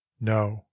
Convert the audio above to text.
no